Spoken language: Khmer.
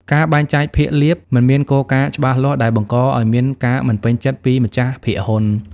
ការបែងចែកភាគលាភ មិនមានគោលការណ៍ច្បាស់លាស់ ដែលបង្កឱ្យមានការមិនពេញចិត្តពីម្ចាស់ភាគហ៊ុន។